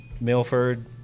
Milford